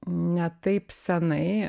ne taip senai